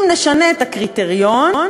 אם נשנה את הקריטריון,